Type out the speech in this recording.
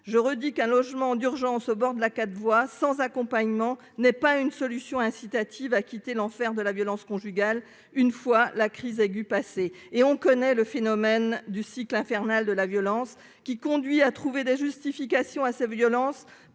le redis, un logement d'urgence situé au bord d'une quatre voies et sans accompagnement n'est pas une solution incitative à quitter l'enfer de la violence conjugale, une fois la crise aiguë passée. Or nous connaissons le phénomène du cycle infernal de la violence : la victime trouve des justifications aux violences